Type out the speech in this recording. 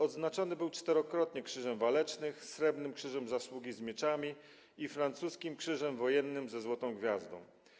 Odznaczony był czterokrotnie Krzyżem Walecznych, Srebrnym Krzyżem Zasługi z Mieczami i francuskim Krzyżem Wojennym ze złotą gwiazdą.